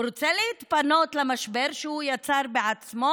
הוא רוצה להתפנות למשבר שהוא יצר בעצמו?